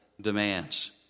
demands